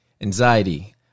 anxiety